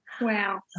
Wow